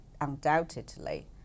undoubtedly